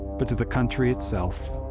but to the country itself.